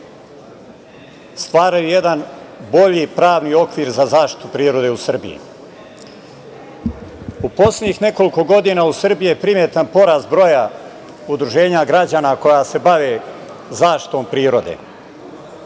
stvaraju jedan bolji pravni okvir za zaštitu prirode u Srbiji.U poslednjih nekoliko godina u Srbiji je primetan porast broja udruženja građana koja se bave zaštitom prirode.